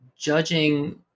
Judging